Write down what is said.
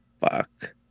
fuck